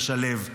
לשלב.